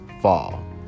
fall